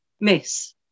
miss